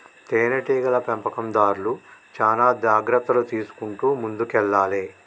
తేనె టీగల పెంపకందార్లు చానా జాగ్రత్తలు తీసుకుంటూ ముందుకెల్లాలే